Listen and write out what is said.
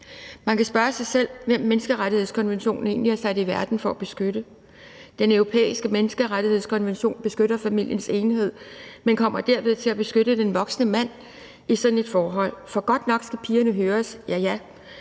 Man kan spørge sig selv, hvem menneskerettighedskonventionen egentlig er sat i verden for at beskytte. Den Europæiske Menneskerettighedskonvention beskytter familiens enhed, men kommer derved til at beskytte den voksne mand i sådan et forhold. For godt nok skal pigerne høres, ja, ja,